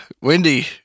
Wendy